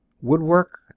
Woodwork